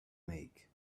make